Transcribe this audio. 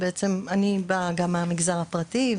אני באה גם מהמגזר הפרטי,